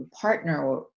partner